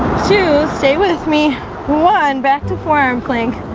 two stay with me one back to forearm plank